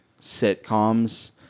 sitcoms